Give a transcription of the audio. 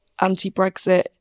anti-Brexit